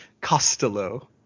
Costello